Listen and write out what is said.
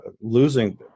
losing